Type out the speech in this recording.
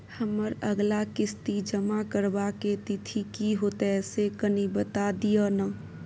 हमर अगला किस्ती जमा करबा के तिथि की होतै से कनी बता दिय न?